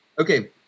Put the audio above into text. Okay